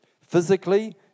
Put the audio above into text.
Physically